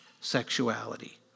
sexuality